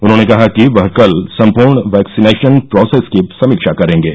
उन्होंने कहा कि वह कल सम्पूर्ण वैक्सीनेशन प्रोसेस की समीक्षा करेंगे